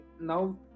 now